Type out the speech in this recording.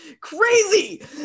Crazy